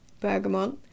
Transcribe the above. bergamot